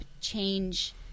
change